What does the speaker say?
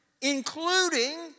including